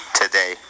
today